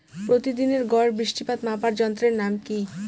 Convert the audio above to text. প্রতিদিনের গড় বৃষ্টিপাত মাপার যন্ত্রের নাম কি?